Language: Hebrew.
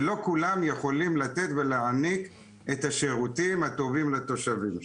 ולא כולן יכולות לתת ולהעניק את השירותים הטובים לתושבים שלהן.